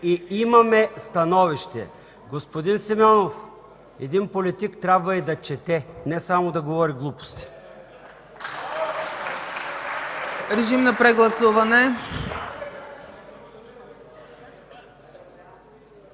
Имаме становище! Господин Симеонов, един политик трябва и да чете, не само да говори глупости! (Ръкопляскания